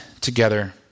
together